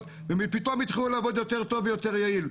ופתאום הם התחילו לעבוד יותר טוב ויותר יעיל.